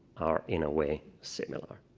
are in a way similar.